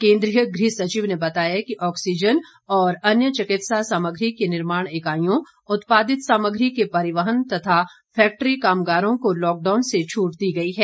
केन्द्रीय गृह सचिव ने बताया कि ऑक्सीजन और अन्य चिकित्सा सामग्री की निर्माण इकाइयों उत्पादित सामग्री के परिवहन तथा फैक्ट्री कामगारों को लॉकडाउन से छूट दी गई है